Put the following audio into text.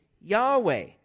Yahweh